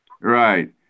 Right